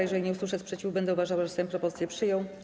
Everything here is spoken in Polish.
Jeżeli nie usłyszę sprzeciwu, będę uważała, że Sejm propozycję przyjął.